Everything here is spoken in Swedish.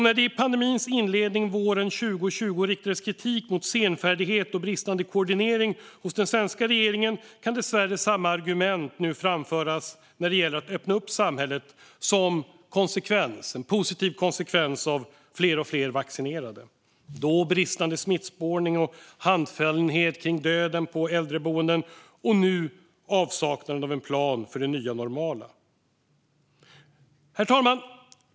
När det i pandemins inledning våren 2020 riktades kritik mot senfärdighet och bristande koordinering hos den svenska regeringen kan dessvärre samma argument nu framföras när det gäller att öppna samhället som en positiv konsekvens av fler och fler vaccinerade. Då handlade det om bristande smittspårning och handfallenhet kring döden på äldreboenden, och nu handlar det om avsaknaden av en plan för det nya normala. Herr talman!